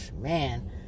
Man